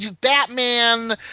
Batman